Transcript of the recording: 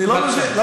אני לא מבין,